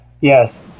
yes